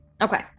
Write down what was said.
Okay